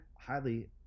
highly